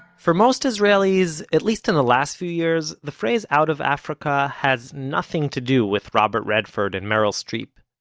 for most israelis, at least in the last few years, the phrase out of africa has nothing to do with robert redford and meryl streep.